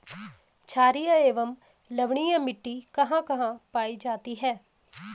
छारीय एवं लवणीय मिट्टी कहां कहां पायी जाती है?